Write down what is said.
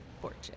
fortune